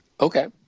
Okay